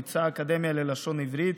ביצעה האקדמיה ללשון העברית,